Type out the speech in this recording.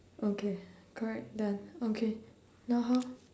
okay correct done okay now how